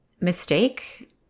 mistake